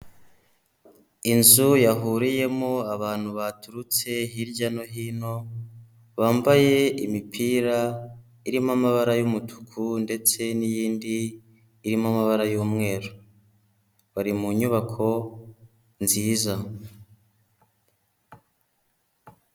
Inzu yahuriyemo abantu baturutse hirya no hino bambaye imipira irimo amabara y'umutuku ndetse n'iyindi irimo amabara y'umweru, bari mu nyubako nziza.